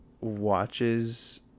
watches